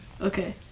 okay